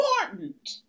important